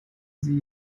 sie